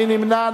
מי נמנע?